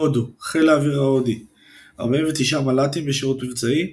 הודו הודו – חיל האוויר ההודי – 49 מל"טים בשירות מבצעי,